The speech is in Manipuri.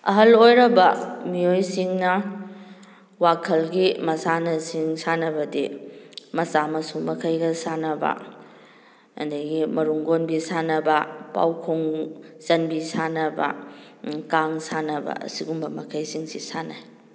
ꯑꯍꯜ ꯑꯣꯏꯔꯕ ꯃꯤꯑꯣꯏꯁꯤꯡꯅ ꯋꯥꯈꯜꯒꯤ ꯃꯁꯥꯟꯅꯁꯤꯡ ꯁꯥꯟꯅꯕꯗꯤ ꯃꯆꯥ ꯃꯁꯨ ꯃꯈꯩꯒ ꯁꯥꯟꯅꯕ ꯑꯗꯒꯤ ꯃꯔꯨꯝ ꯀꯣꯟꯕꯤ ꯁꯥꯟꯅꯕ ꯄꯥꯎꯈꯣꯡ ꯆꯟꯕꯤ ꯁꯥꯟꯅꯕ ꯀꯥꯡ ꯁꯥꯟꯅꯕ ꯑꯁꯤꯒꯨꯝꯕ ꯃꯈꯩꯁꯤꯡꯁꯤ ꯁꯥꯟꯅꯩ